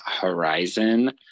horizon